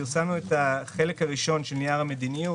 פרסמנו את החלק הראשון של נייר המדיניות;